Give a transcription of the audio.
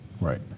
Right